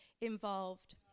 involved